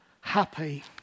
happy